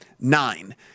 nine